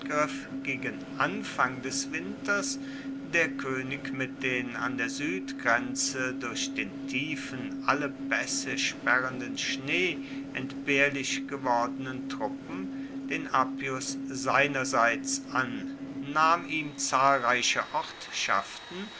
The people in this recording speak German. gegen anfang des winters der koenig mit den an der suedgrenze durch den tiefen alle paesse sperrenden schnee entbehrlich gewordenen truppen den appius seinerseits an nahm ihm zahlreiche